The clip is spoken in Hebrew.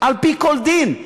על-פי כל דין.